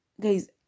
Guys